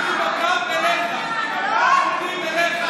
בבקשה, עומדים עם הגב אליך, תגיד לי מה,